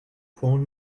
phone